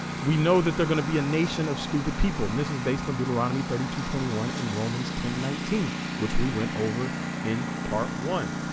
we know that they're gonna be a nation of stupid people and this is based on deuteronomy thirty two twenty one and romans ten nineteen which we went over in part one